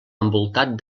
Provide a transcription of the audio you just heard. envoltat